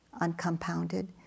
uncompounded